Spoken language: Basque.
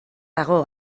dago